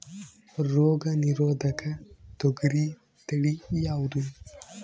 ರೋಗ ನಿರೋಧಕ ತೊಗರಿ ತಳಿ ಯಾವುದು?